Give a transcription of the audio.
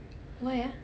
why ah